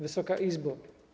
Wysoka Izbo!